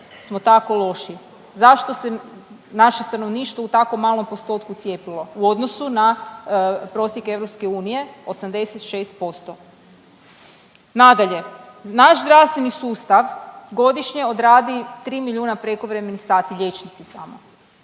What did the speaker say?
smo tako loši? Zašto se naše stanovništvo u tako malom postotku cijepilo u odnosu na prosjek EU 86%? Nadalje, naš zdravstveni sustav godišnje odradi 3 milijuna prekovremenih sati liječnici samo.